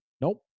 Nope